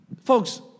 Folks